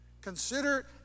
Consider